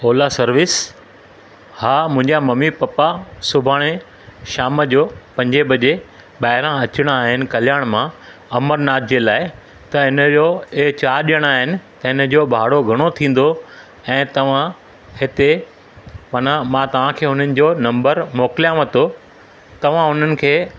Ola service हा मुंहिंजा mummy papa सुभाणे शाम जो पंजे बजे ॿाहिरां अचिणा आहिनि कल्याण मां अमरनाथ जे लाइ त हिन जो इहे चारि ॼणा आहिनि त हिन जो भाड़ो घणो थींदो ऐं तव्हां हिते माना मां तव्हांखे हुननि जो नंबर मोकिलियांव थो तव्हां उन्हनि खे